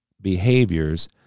behaviors